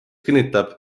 kinnitab